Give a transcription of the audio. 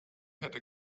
hätte